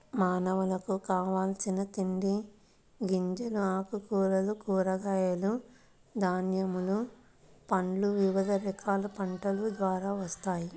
మానవులకు కావలసిన తిండి గింజలు, ఆకుకూరలు, కూరగాయలు, ధాన్యములు, పండ్లు వివిధ రకాల పంటల ద్వారా వస్తాయి